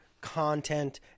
content